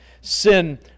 Sin